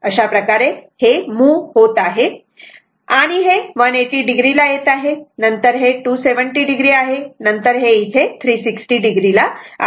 अशाप्रकारे हे मूव्ह होत आहे आणि हे 180 o ला येत आहे नंतर हे 270 oआहे आणि नंतर हे इथे 360 o ला आहे